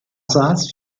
saß